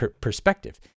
perspective